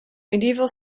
medieval